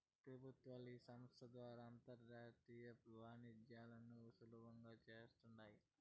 పెబుత్వాలు ఈ సంస్త ద్వారా అంతర్జాతీయ వాణిజ్యాలను సులబంగా చేస్తాండాయి